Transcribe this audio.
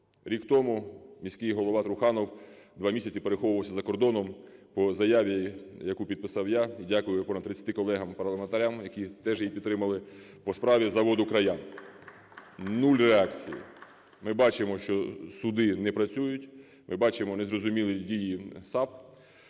Рік тому міський голова Труханов два місяці переховувався за кордоном по заяві, яку підписав я (я дякую понад 30 колегам парламентарям, які теж її підтримали) по справі заводу "Краян". Нуль реакції. Ми бачимо, що суди не працюють, ми бачимо незрозумілі дії САП.